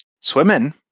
swimming